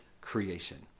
creation